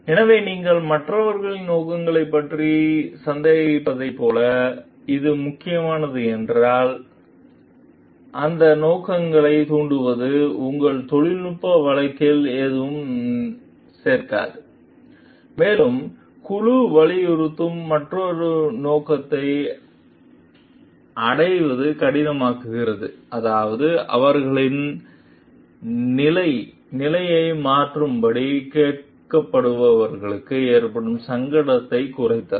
எனவே நீங்கள் மற்றவர்களின் நோக்கங்களைப் பற்றி சந்தேகித்ததைப் போல இது முக்கியமானது என்றால் ஏனென்றால் அந்த நோக்கங்களைத் தூண்டுவது உங்கள் தொழில்நுட்ப வழக்கில் எதுவும் சேர்க்காது மேலும் குழு வலியுறுத்தும் மற்றொரு நோக்கத்தை அடைவது கடினமாக்குகிறது அதாவது அவர்களின் நிலையை மாற்றும்படி கேட்கப்படுபவர்களுக்கு ஏற்படும் சங்கடத்தைக் குறைத்தல்